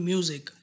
Music